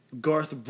Garth